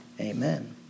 Amen